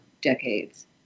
decades